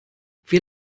wir